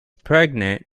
pregnant